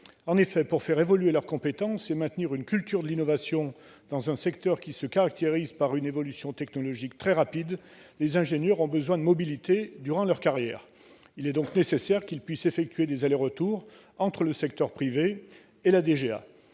En effet, pour faire évoluer leurs compétences et maintenir une culture de l'innovation dans un secteur qui se caractérise par une évolution technologique très rapide, les ingénieurs ont besoin de mobilité durant leur carrière. Il est donc nécessaire qu'ils puissent effectuer des allers-retours entre le secteur privé et la DGA.